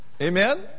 Amen